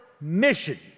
mission